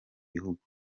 bihugu